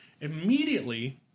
Immediately